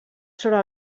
sobre